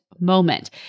moment